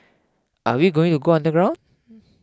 are we going to go underground